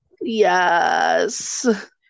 Yes